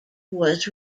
was